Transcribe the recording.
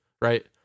right